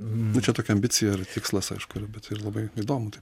nu čia tokia ambicija ir tikslas aišku bet ir labai įdomu tai